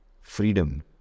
freedom